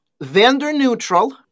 vendor-neutral